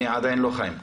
אני עדיין לא חיים.